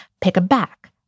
pick-a-back